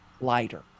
lighter